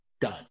Done